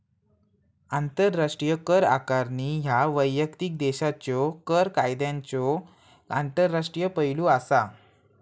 आंतरराष्ट्रीय कर आकारणी ह्या वैयक्तिक देशाच्यो कर कायद्यांचो आंतरराष्ट्रीय पैलू असा